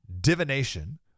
divination